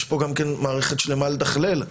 יש כאן מערכת שלמה לתכלל,